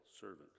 servant